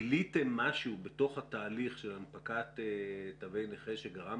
גיליתם משהו בתוך התהליך של הנפקת תגי נכה שגרם